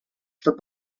for